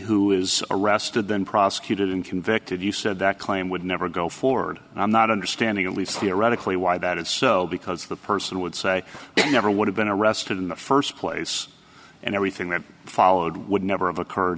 who is arrested then prosecuted and convicted you said that claim would never go forward and i'm not understanding at least theoretically why that is so because the person would say you never would have been arrested in the first place and everything that followed would never have occurred